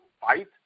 fight